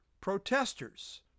protesters